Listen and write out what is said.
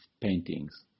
paintings